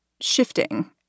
shifting